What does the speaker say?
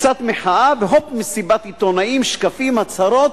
קצת מחאה, והופ, מסיבת עיתונאים, שקפים, הצהרות,